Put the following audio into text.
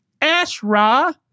Ashra